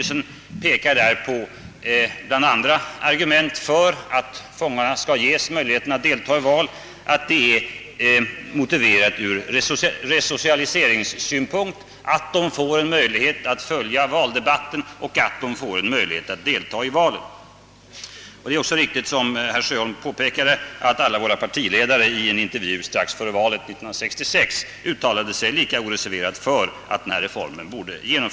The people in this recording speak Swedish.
Som argument för fångarnas valdeltagande anföres bland annat att det är motiverat ur resocialiseringssynpunkt att de har möjlighet att följa valdebatterna och delta i valen. Det är också riktigt, som herr Sjö holm påpekade, att alla våra partiledare i en intervju strax före valet 1966 uttalade sig lika oreserverat för genomförandet av denna reform.